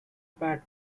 pat